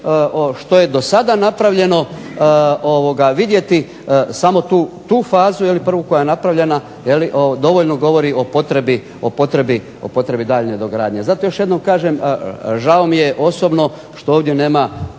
što je do sada napravljeno, vidjeti samo tu fazu prvu koja je napravljena dovoljno govori o potrebi daljnje dogradnje. Zato još jednom kažem, žao mi je osobno što ovdje nema